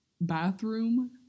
bathroom